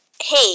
hey